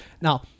Now-